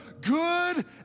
good